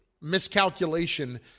miscalculation